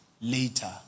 later